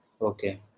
Okay